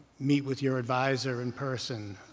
meet with your advisor in person,